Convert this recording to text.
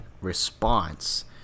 response